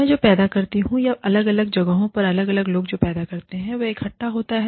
मैं जो पैदा करता हूं या अलग अलग जगहों पर अलग अलग लोग जो पैदा करते हैं वह इकट्ठा होता है